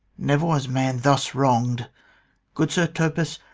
never was man thus wrong'd good sir topas,